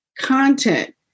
Content